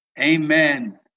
amen